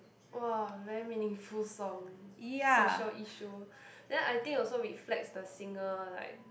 !wah! very meaningful song social issue then I think also reflects the singer like